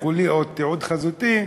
קולי או תיעוד חזותי,